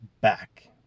back